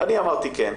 אני אמרתי 'כן',